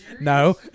no